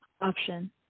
option